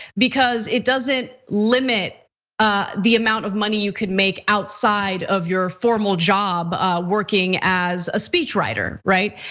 because it doesn't limit ah the amount of money you could make outside of your formal job working as a speechwriter, right?